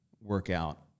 workout